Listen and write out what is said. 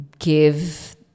give